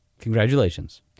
Congratulations